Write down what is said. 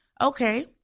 Okay